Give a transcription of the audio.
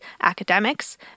academics